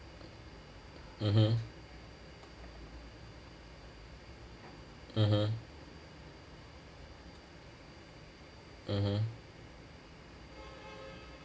mmhmm mmhmm mmhmm